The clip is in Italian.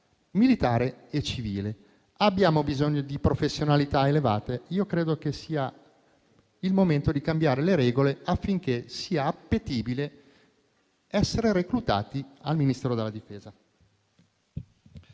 militare e civile. Abbiamo bisogno di professionalità elevate. Credo che sia il momento di cambiare le regole, affinché sia appetibile essere reclutati al Ministero della difesa.